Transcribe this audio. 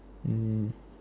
mm